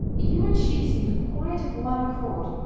you and she seem quite of one accord.